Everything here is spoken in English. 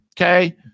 Okay